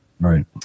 Right